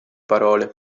parole